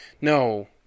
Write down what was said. no